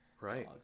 right